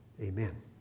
Amen